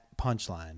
punchline